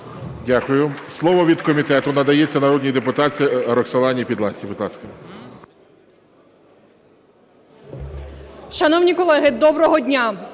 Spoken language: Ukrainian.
Дякую. Слово від комітету надається народній депутатці Роксолані Підласій.